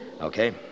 okay